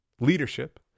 leadership